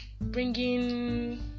bringing